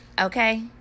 okay